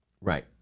Right